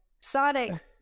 Sonic